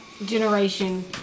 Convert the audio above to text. generation